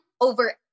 over